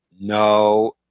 no